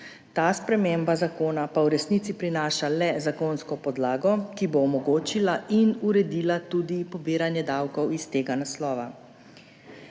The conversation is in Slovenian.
Ta sprememba zakona pa v resnici prinaša le zakonsko podlago, ki bo omogočila in uredila tudi pobiranje davkov s tega naslova.